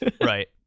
Right